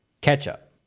Ketchup